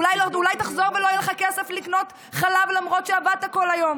אולי תחזור ולא יהיה לך כסף לקנות חלב למרות שעבדת כל היום?